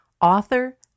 author